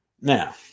Now